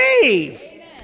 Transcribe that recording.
believe